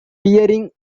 peering